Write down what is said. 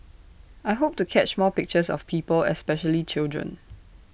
I hope to catch more pictures of people especially children